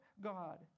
God